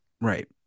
Right